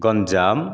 Ganjam